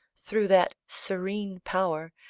through that serene power,